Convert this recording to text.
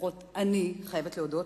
לפחות אני חייבת להודות,